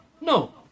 No